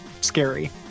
scary